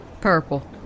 Purple